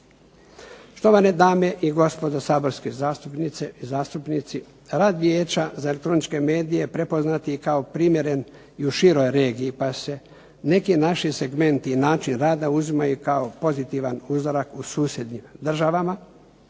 odraditi. Dame i gospodo saborski zastupnice i zastupnici, rad Vijeća za elektroničke medije prepoznat je kao primjeren i u široj regiji, pa se neki naši segmenti i način rada uzimaju kao pozitivan uzorak u susjednim državama,